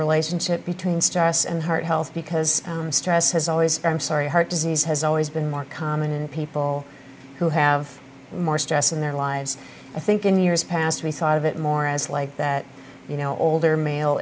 relationship between stress and heart health because stress has always i'm sorry heart disease has always been more common in people who have more stress in their lives i think in years past we thought of it more as like that you know older male